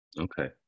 okay